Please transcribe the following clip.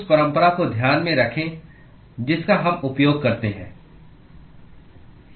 उस परंपरा को ध्यान में रखें जिसका हम उपयोग करते हैं